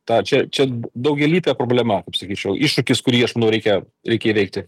tą čia čia daugialypė problema kaip sakyčiau iššūkis kurį aš manau reikia reikia įveikti